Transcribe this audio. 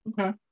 Okay